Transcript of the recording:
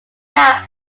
now